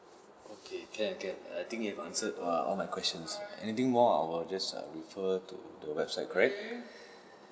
okay can can I think you've answered err all my questions anything more I will just err refer to the website correct